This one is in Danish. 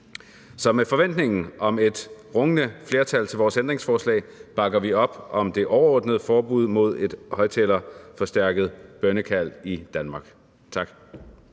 Så med forventningen om et rungende flertal til vores ændringsforslag, bakker vi op om det overordnede forbud mod højtalerforstærket bønnekald i Danmark. Tak.